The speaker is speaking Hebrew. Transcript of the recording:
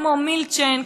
כמו מילצ'ן,